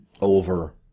over